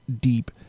deep